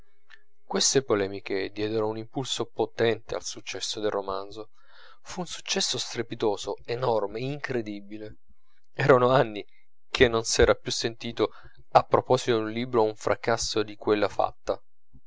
queste polemiche diedero un impulso potente al successo del romanzo fu un successo strepitoso enorme incredibile erano anni che non s'era più sentito a proposito d'un libro un fracasso di quella fatta